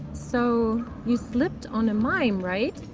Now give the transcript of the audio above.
so. you slipped on a mime, right?